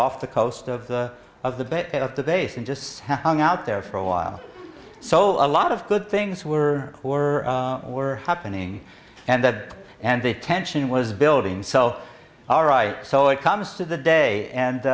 off the coast of the of the bit of the base and just see how hung out there for a while so a lot of good things were were were happening and the and the tension was building so all right so it comes to the day and